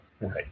right